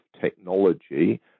technology